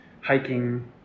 hiking